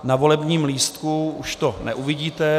Na volebním lístku už to neuvidíte.